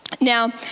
Now